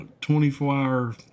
24-hour